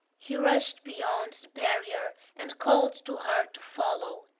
he rushed beyond the barrier and called to her to follow.